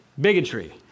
Bigotry